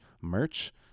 merch